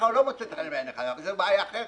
או לא מוצאת חן בעיניך - זו בעיה אחרת.